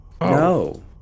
No